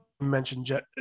mentioned